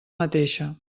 mateixa